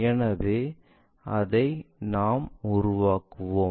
எனவே அதை நாம் உருவாக்குவோம்